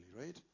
Right